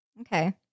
Okay